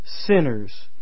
sinners